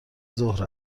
ظهر